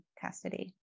custody